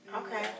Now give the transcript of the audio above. okay